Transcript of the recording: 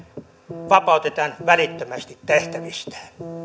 vapautetaan välittömästi tehtävistään